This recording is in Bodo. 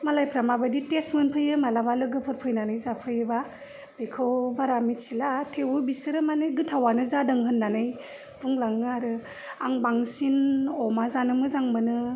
मालाइफोरा माबादि थेस्ट मोनफैयो मालाबा लोगोफोर फैनानै जाफैयोबा बेखौ बारा मिथिला थेवबो बिसोरो माने गोथावानो जादों होननानै बुंलाङो आरो आं बांसिन अमा जानो मोजां मोनो